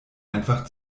einfach